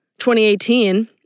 2018